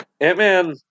Ant-Man